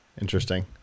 interesting